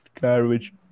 garbage